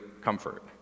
comfort